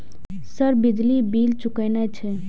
Sir बिजली bill चूकेना छे?